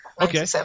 Okay